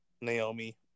Naomi